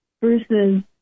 Versus